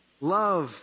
Love